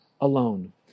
alone